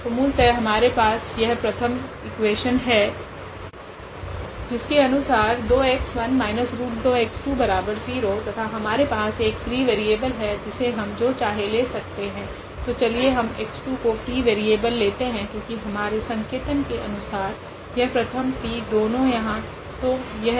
तो मूलतः हमारे पास यह प्रथम इक्वेशन है जिसके अनुसार 2𝑥1−√2𝑥20 तथा हमारे पास एक फ्री वेरिएबल है जिसे हम जो चाहे ले सकते है तो चलिए इस x2 को फ्री वेरिएबल लेते है क्योकि हमारे संकेतन के अनुसार यह प्रथम p दोनों यहाँ